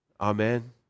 amen